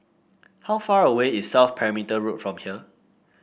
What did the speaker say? how far away is South Perimeter Road from here